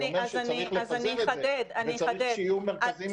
אני אומר שצריך לפזר את זה וצריך שיהיו מרכזים